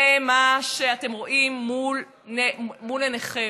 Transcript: זה מה שאתם רואים מול עיניכם.